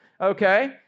okay